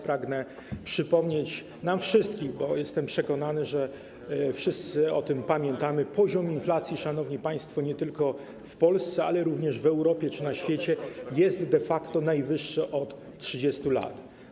Pragnę przypomnieć nam wszystkim, choć jestem przekonany, że wszyscy o tym pamiętamy, iż poziom inflacji, szanowni państwo, nie tylko w Polsce, ale również w Europie czy na świecie, jest de facto najwyższy od 30 lat.